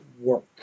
work